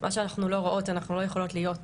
מה שאנחנו לא רואות, אנחנו לא יכולות להיות,